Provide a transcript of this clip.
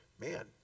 man